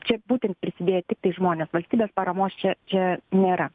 čia būtent prisidėjo tiktai žmonės valstybės paramos čia čia nėra